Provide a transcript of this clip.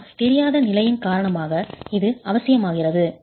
ஆனால் தெரியாத நிலையின் காரணமாக இது அவசியமாகிறது